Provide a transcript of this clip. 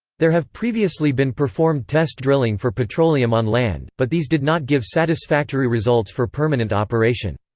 there have previously been performed test drilling for petroleum on land, but these did not give satisfactory results for permanent operation.